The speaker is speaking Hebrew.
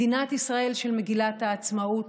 מדינת ישראל של מגילת העצמאות,